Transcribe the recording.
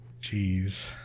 jeez